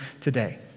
today